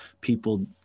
people